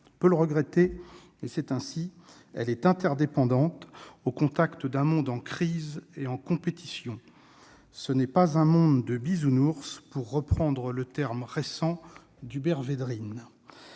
On peut le regretter, mais c'est ainsi. Elle est interdépendante, au contact d'un monde en crise et en compétition. Ce n'est pas un monde de « Bisounours », pour reprendre le terme récent d'Hubert Védrine.